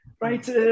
Right